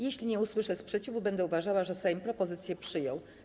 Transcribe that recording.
Jeśli nie usłyszę sprzeciwu, będę uważała, że Sejm propozycję przyjął.